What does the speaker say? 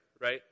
right